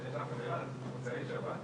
אנחנו רואות שבשנה